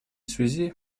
связи